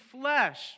flesh